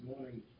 morning